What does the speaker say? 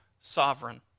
sovereign